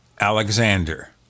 Alexander